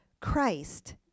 Christ